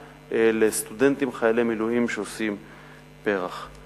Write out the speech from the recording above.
לסטודנטים חיילי מילואים שעושים פר"ח.